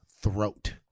throat